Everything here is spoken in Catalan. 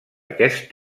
aquest